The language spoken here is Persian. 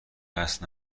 قصد